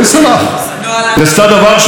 היא עשתה דבר שלא ייעשה.